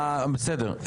בסדר.